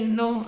no